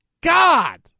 GOD